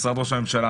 משרד ראש הממשלה,